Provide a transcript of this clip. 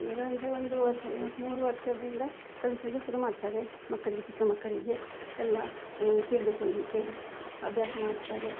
ಈಗ ಅಂದರೆ ಒಂದು ವರ್ಷ ಮೂರು ವರ್ಷದಿಂದ ಕಲಿಸಲಿಕ್ಕೆ ಶುರು ಮಾಡ್ತಾರೆ ಮಕ್ಕಳಿಗೆ ಚಿಕ್ಕ ಮಕ್ಕಳಿಗೆ ಎಲ್ಲ ತಿಳಿದುಕೊಳ್ಳಲಿಕ್ಕೆ ಅಭ್ಯಾಸ ಮಾಡ್ತಾರೆ